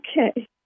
Okay